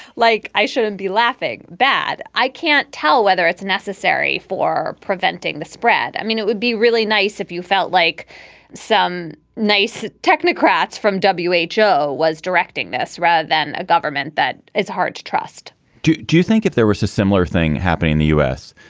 like i shouldn't be laughing bad i can't tell whether it's necessary for preventing the spread. i mean, it would be really nice if you felt like some nice technocrats from w h o. was directing this rather than a government that it's hard to trust do do you think if there was a similar thing happening, the u s.